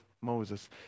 Moses